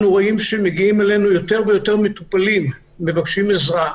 אנחנו רואים שמגיעים אלינו יותר ויותר מטופלים ומבקשים עזרה,